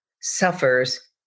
suffers